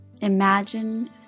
Imagine